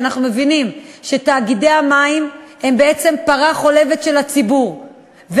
כי אנחנו מבינים שתאגידי המים הם בעצם פרה חולבת של הציבור,